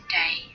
day